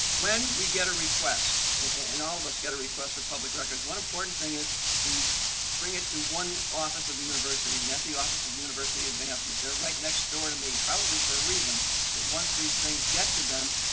when we get a request, and all of us get a request for public records, one important thing is we bring it to one office of the university and office of university advancement. they're right next door to me, probably for a reason that once these things get to them,